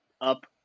up